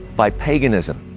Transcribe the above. by paganism.